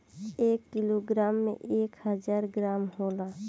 एक किलोग्राम में एक हजार ग्राम होला